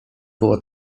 było